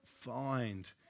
find